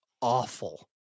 awful